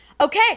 Okay